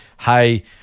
hey